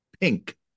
pink